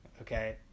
okay